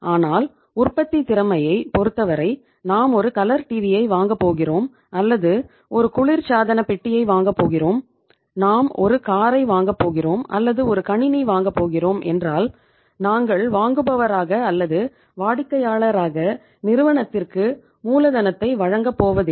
ஆனால் உற்பத்தித் துறையைப் பொறுத்தவரை நாம் ஒரு கலர் டிவியை வாங்கப் போகிறோம் அல்லது ஒரு குளிர்சாதன பெட்டியை வாங்கப் போகிறோம் நாம் ஒரு காரை வாங்கப் போகிறோம் அல்லது ஒரு கணினி வாங்கப் போகிறோம் என்றால் நாங்கள் வாங்குபவராக அல்லது வாடிக்கையாளராக நிறுவனத்திற்கு மூலதனத்தை வழங்கப் போவதில்லை